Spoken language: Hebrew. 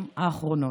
נרשם.